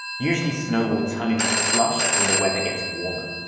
usually snow will turn into slush when the weather gets warmer.